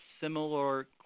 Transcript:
similar